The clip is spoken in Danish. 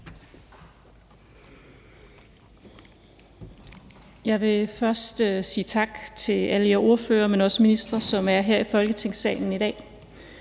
Jeg vil først sige tak til alle jer ordførere, men også ministre, som er her i Folketingssalen i dag.